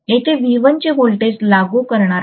येथे V1 चे voltage लागू करणार आहे